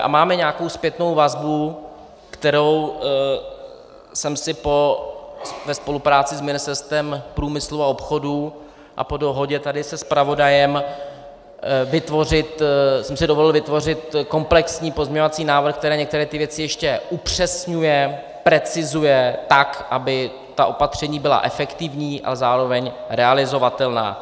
A máme nějakou zpětnou vazbu, kterou jsem si ve spolupráci s Ministerstvem průmyslu a obchodu a po dohodě tady se zpravodajem dovolil vytvořit komplexní pozměňovací návrh, který některé ty věci ještě upřesňuje, precizuje, tak aby ta opatření byla efektivní a zároveň realizovatelná.